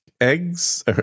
Eggs